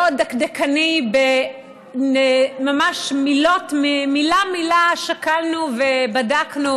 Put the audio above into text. מאוד דקדקני, ממש מילה-מילה שקלנו ובדקנו.